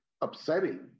upsetting